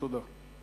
תודה.